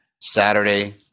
Saturday